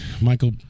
Michael